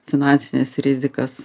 finansines rizikas